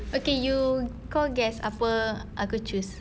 okay you kau guess apa aku choose